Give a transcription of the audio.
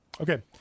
okay